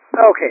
Okay